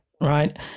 right